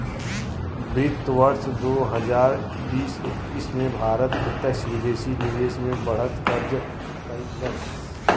वित्त वर्ष दू हजार बीस एक्कीस में भारत प्रत्यक्ष विदेशी निवेश में बढ़त दर्ज कइलस